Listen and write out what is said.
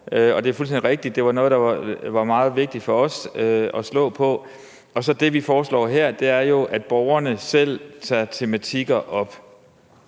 det er fuldstændig rigtigt, at det var noget, der var meget vigtigt for os at slå på – sige, at det, vi så foreslår her, jo er, at borgerne selv tager tematikker op,